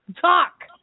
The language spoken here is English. Talk